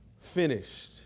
finished